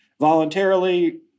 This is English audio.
voluntarily